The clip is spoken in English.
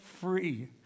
free